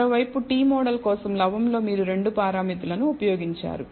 మరోవైపు t model కోసం లవము లో మీరు 2 పారామితులు ఉపయోగించారు